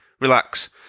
relax